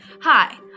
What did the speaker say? Hi